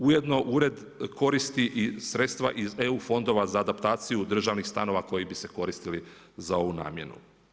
Ujedno ured koristi i sredstva iz EU fondova, za adaptaciju državnih stanova, koji bi se koristili za ovu namjenu.